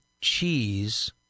cheese